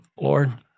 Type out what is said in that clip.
Lord